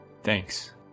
Thanks